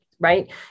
Right